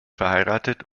verheiratet